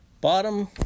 bottom